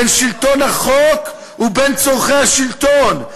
בין שלטון החוק ובין צורכי השלטון,